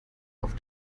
auf